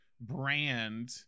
brand